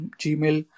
gmail